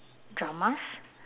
dramas